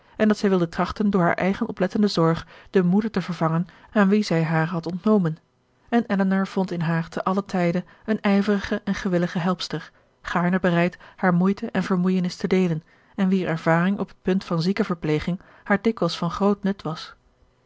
en dat zij wilde trachten door haar eigen oplettende zorg de moeder te vervangen aan wie zij haar had ontnomen en elinor vond in haar ten allen tijde eene ijverige en gewillige helpster gaarne bereid haar moeite en vermoeienis te deelen en wier ervaring op het punt van ziekenverpleging haar dikwijls van groot nut was